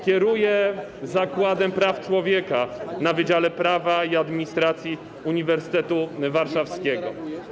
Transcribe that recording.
Kieruje Zakładem Praw Człowieka na Wydziale Prawa i Administracji Uniwersytetu Warszawskiego.